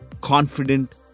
confident